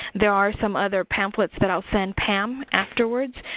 there are some other pamphlets that i'll send pam afterwards.